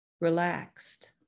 relaxed